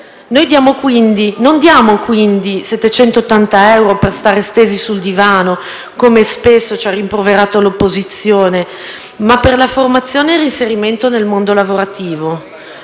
formazione. Diamo 780 euro non per stare stesi sul divano, come spesso ci ha rimproverato l'opposizione, ma per la formazione e l'inserimento nel mondo lavorativo.